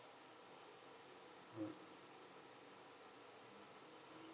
mm